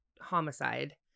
homicide